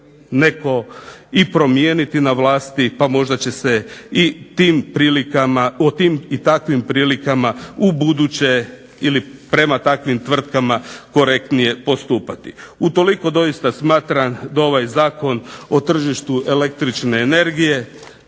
netko i promijeniti na vlasti pa možda će se o tim i takvim prilikama ubuduće ili prema takvim tvrtkama korektnije postupati. Utoliko doista smatram da ovaj Zakon o tržištu električne energije